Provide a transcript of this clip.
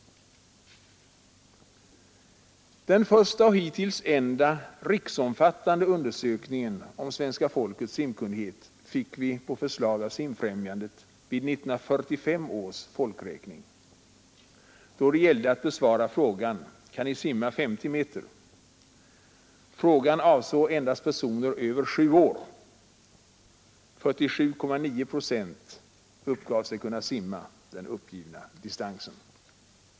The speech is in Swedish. Den första och hittills enda riksomfattande undersökningen om svenska folkets simkunnighet fick vi på förslag av Simfrämjandet vid 1945 års folkräkning, då det gällde att besvara frågan: ”Kan ni simma 50 meter?” Frågan avsåg endast personer över sju år. 47,9 procent uppgav sig kunna simma den uppgivna distansen.